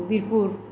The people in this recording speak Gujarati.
વીરપુર